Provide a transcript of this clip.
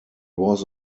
was